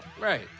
Right